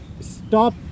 stop